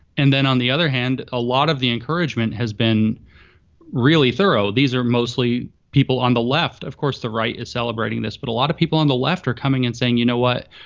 and then on the other hand, a lot of the encouragement has been really thorough. these are mostly people on the left. of course, the right is celebrating this. but a lot of people on the left are coming and saying, you know what?